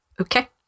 okay